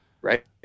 right